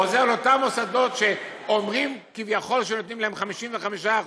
עוזר לאותם מוסדות שאומרים כביכול שנותנים להם 55%